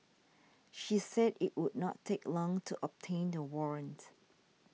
she said it would not take long to obtain the warrant